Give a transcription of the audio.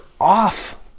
off